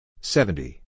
seventy